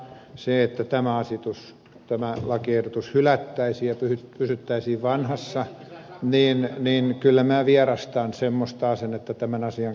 sitä että tämä lakiehdotus hylättäisiin ja pysyttäisiin vanhassa niin kyllä minä vierastan semmoista asennetta tämän asian kanssa